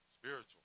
Spiritual